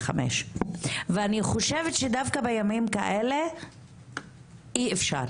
ואני חושבת שדווקא בימים כאלה אי אפשר